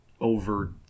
over